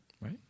right